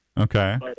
Okay